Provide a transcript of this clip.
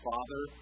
Father